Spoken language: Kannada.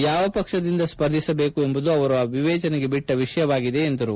ಯಾವ ಪಕ್ಷದಿಂದ ಸ್ಪರ್ಧಿಸಬೇಕು ಎಂಬುದು ಅವರು ವಿವೇಚನೆಗೆ ಬಿಟ್ಟ ವಿಷಯವಾಗಿದೆ ಎಂದರು